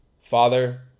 Father